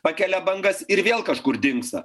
pakelia bangas ir vėl kažkur dingsta